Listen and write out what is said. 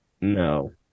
No